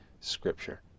Scripture